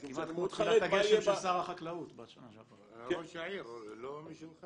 אני מאוד חרד מה יהיה --- ראש העיר לא משלך?